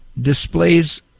displays